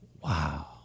wow